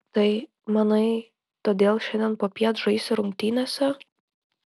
tai manai todėl šiandien popiet žaisi rungtynėse